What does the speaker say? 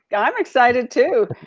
yeah i'm excited too